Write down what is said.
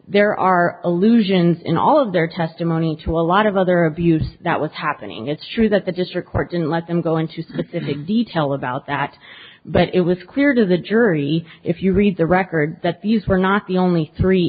there are allusions in all of their testimony to a lot of other abuse that was happening it's true that the district court in let them go into specific detail about that but it was clear to the jury if you read the record that these were not the only three